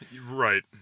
Right